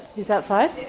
he's outside?